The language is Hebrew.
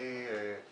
כמי